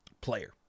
player